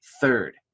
Third